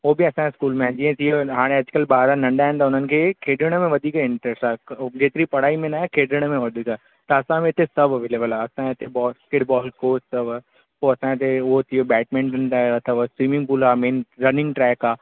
हो बि असांजे स्कूल में आहिनि जीअं तीअं हाणे अॼुकल्ह ॿार नंढा आहिनि त हुननि खे खेॾण में वधीक इन्टरेस्ट आहे उहो जेतिरी पढ़ाई में न आहे खेॾण में वधीक आहे त असांजे हिते सभु अविलेबल आहे असांजे हिते बॉस्केट बाल कोच अथव पोइ असांजे हिते उहो थियो बैडमिंटन उहो अथव स्विमिंग पूल आहे मेन रनिंग ट्रैक आहे